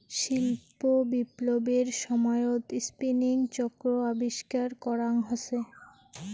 শিল্প বিপ্লবের সময়ত স্পিনিং চক্র আবিষ্কার করাং হসে